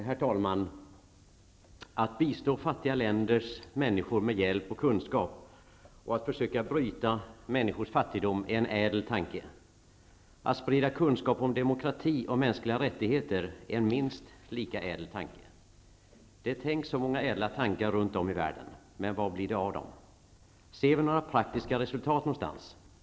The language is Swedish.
Herr talman! Att bistå fattiga länders människor med hjälp och kunskap och att försöka bryta människors fattigdom är en ädel tanke. Att sprida kunskap om demokrati och mänskliga rättigheter är en minst lika ädel tanke. Det tänks så många ädla tankar runt om i världen, men vad blir det av dem. Ser vi några praktiska resultat någonstans?